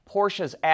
Porsche's